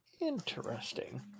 Interesting